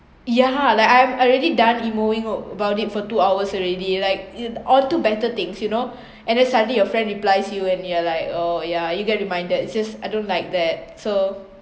ya like I'm already done emoing about it for two hours already like in order to do better things you know and then suddenly your friend replies you and you're like oh ya you get reminded it's just I don't like that so